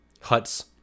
huts